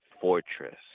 fortress